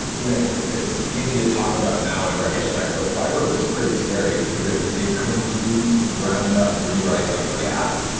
you know it's easy to talk about now, in retrospect, but fiber was pretty scary, because it was a complete ground-up rewrite of react.